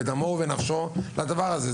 בדמו ובנפשו לדבר הזה.